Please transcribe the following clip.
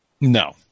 No